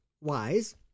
wise